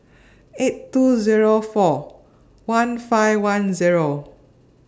eight two Zero four one five one Zero